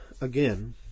again